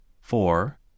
four